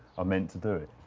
i meant to do it.